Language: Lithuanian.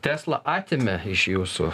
teslą atėmė iš jūsų